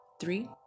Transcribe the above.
three